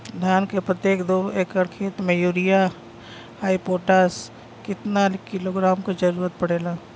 धान के प्रत्येक दो एकड़ खेत मे यूरिया डाईपोटाष कितना किलोग्राम क जरूरत पड़ेला?